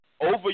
over